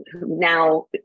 now